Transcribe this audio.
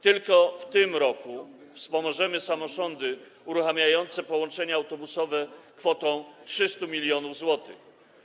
Tylko w tym roku wspomożemy samorządy uruchamiające połączenia autobusowe kwotą 300 mln zł.